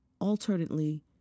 Alternately